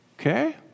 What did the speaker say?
Okay